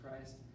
Christ